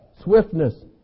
swiftness